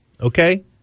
okay